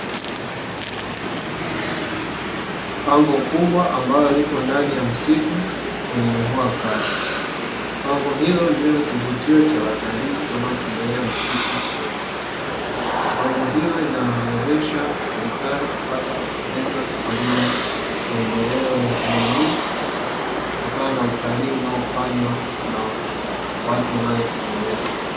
Pango kubwa ambalo lipo ndani ya msitu wenye mvua kali, pango hilo ndio kivutio cha watalii wanaotembelea msitu huo. Pango hilo linawezesha serikali kupata fedha kwa ajili ya maendeleo ya kijamii kutokana na utalii unaofanywa na watu wanaotembelea.